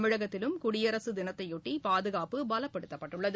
தமிழகத்திலும் குடியரசு தினத்தையொட்டி பாதுகாப்பு பலப்படுத்தப்பட்டுள்ளது